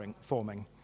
forming